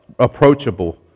approachable